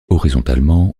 horizontalement